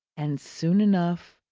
and soon enough,